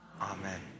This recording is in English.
amen